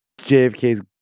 JFK's